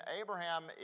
Abraham